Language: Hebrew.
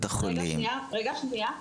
החולים --- רגע, שנייה.